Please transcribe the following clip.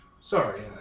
Sorry